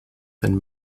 than